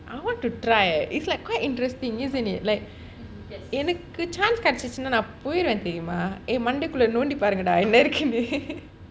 I want to try its like quite interesting isn't it like எனக்கு:enakku chance கிடைச்சிச்சினா நான் போய்டுவன் தெரியுமா என் மண்டைக்குள்ள நோண்டி பாருங்கட என்ன இருக்குனு:kidaichichina naan poiduvaen theriyuma en mandaikulla nondi paarungada enna irukkunnu